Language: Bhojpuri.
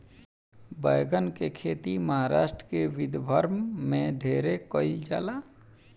बैगन के खेती महाराष्ट्र के विदर्भ में ढेरे कईल जाला